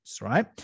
right